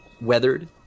weathered